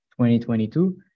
2022